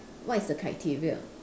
what is the criteria